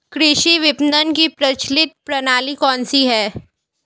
कृषि विपणन की प्रचलित प्रणाली कौन सी है?